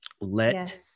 Let